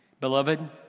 Beloved